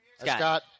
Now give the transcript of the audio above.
Scott